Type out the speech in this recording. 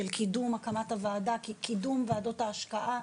של קידום הקמת הוועדה כקידום ועדות ההשקעה,